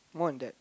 more than that